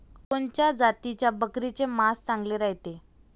कोनच्या जातीच्या बकरीचे मांस चांगले रायते?